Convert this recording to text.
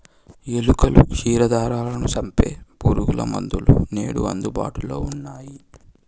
ఎలుకలు, క్షీరదాలను సంపె పురుగుమందులు నేడు అందుబాటులో ఉన్నయ్యి